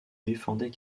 défendait